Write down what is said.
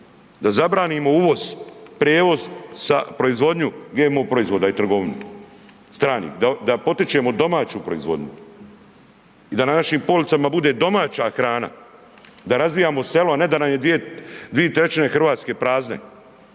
da zabranimo uvoz, prevoz sa, proizvodnju GMO proizvoda i trgovinu, stranih, da potičemo domaću proizvodnju i da na našim policama bude domaća hrana. Da razvijamo selo, a ne da nam je 2/3 Hrvatske prazne.